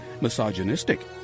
misogynistic